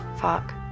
fuck